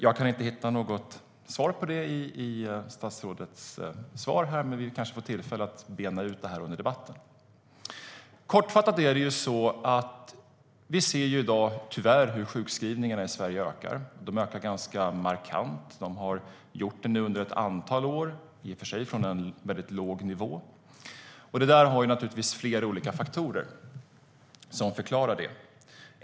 Jag kan inte hitta något svar på det i statsrådets svar, men vi kanske får tillfälle att bena ut det under debatten. Vi ser i dag tyvärr hur sjukskrivningarna i Sverige ökar. De ökar ganska markant. De har gjort det under ett antal år, i och för sig från en mycket låg nivå. Det finns naturligtvis flera olika faktorer som förklarar det.